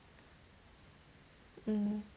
mm